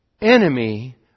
enemy